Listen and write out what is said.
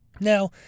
Now